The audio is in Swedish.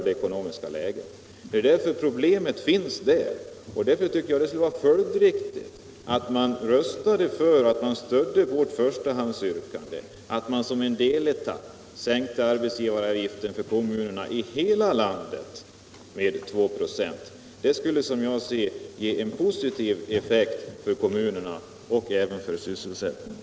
Det är bakgrunden till problemet, och därför vore det följdriktigt att stödja vårt förstahandsyrkande om att som en etapp sänka arbetsgivaravgiften för kommunerna i hela landet till 2 96. Det skulle ha en positiv effekt för kommunerna och även för sysselsättningen.